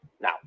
Now